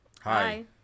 Hi